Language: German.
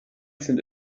sind